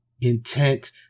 intent